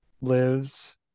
lives